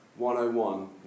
101